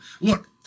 Look